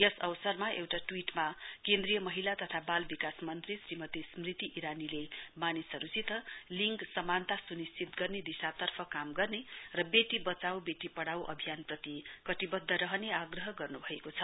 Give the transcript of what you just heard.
यस अवसरमा एउटा ट्वीटमा केन्द्रीय महिला तथा वाल विकास मन्त्री श्रीमती स्मृति ईरानीले मानिसहरुसित लिंग समानता सुनिश्चित गर्ने दिर्शातर्फ काम गर्ने र वेटी बचाओ बेटी पढ़ाओ अभियानप्रति कटिवध्द रहने आग्रह गर्नुभएको छ